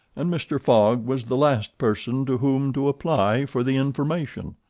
and mr. fogg was the last person to whom to apply for the information.